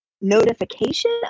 notification